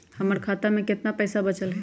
हमर खाता में केतना पैसा बचल हई?